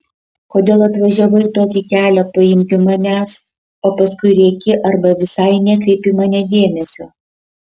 kodėl atvažiavai tokį kelią paimti manęs o paskui rėki arba visai nekreipi į mane dėmesio